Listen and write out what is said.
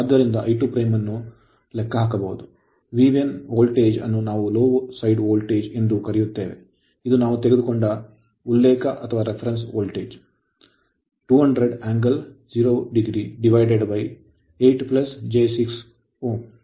ಆದ್ದರಿಂದ I2 ಅನ್ನು ಲೆಕ್ಕಹಾಕಬಹುದು V1 ವೋಲ್ಟೇಜ್ ಅನ್ನು ನಾವು low side voltage ಕಡಿಮೆ ವೋಲ್ಟೇಜ್ ಸೈಡ್ ಎಂದು ಕರೆಯುತ್ತೇವೆ ಇದು ನಾವು ತೆಗೆದುಕೊಂಡ reference ಉಲ್ಲೇಖ ವೋಲ್ಟೇಜ್ 200 angle ಕೋನ 0 o 8 j 6